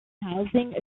housing